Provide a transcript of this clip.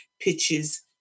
pitches